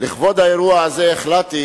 לכבוד האירוע הזה, החלטתי